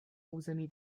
území